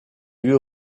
lieu